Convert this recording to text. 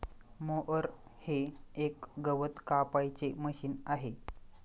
mower हे एक गवत कापायचे मशीन आहे